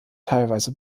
teilweise